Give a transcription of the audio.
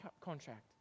contract